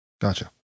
Gotcha